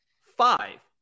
five